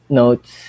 notes